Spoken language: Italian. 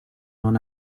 non